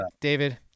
David